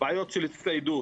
בעיות של הצטיידות.